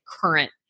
current